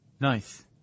Nice